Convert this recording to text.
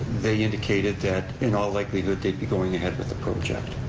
they indicated that and all likelihood, they'd be going ahead with the project.